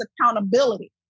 accountability